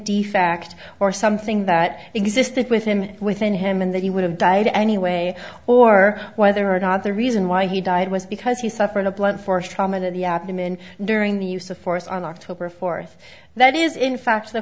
facto or something that existed within within him and that he would have died anyway or whether or not the reason why he died was because he suffered a blunt force trauma to the abdomen during the use of force on october fourth that is in fact the